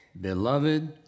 Beloved